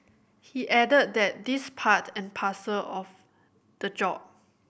he added that these part and parcel of the job